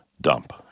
dump